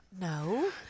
No